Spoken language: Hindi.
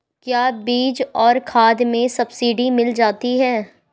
क्या बीज और खाद में सब्सिडी मिल जाती है?